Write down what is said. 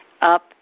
up